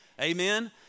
amen